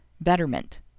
betterment